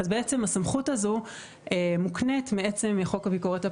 בעצם הסמכות הזו מוקנית מעצם חוק הביקורת הפנימית.